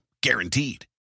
Guaranteed